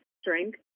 strength